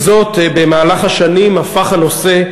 עם זאת, במהלך השנים הפך הנושא,